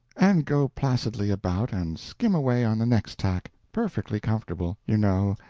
and go placidly about and skim away on the next tack, perfectly comfortable, you know,